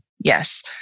yes